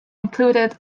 included